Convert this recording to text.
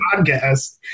podcast